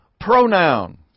pronoun